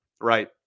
right